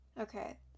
Okay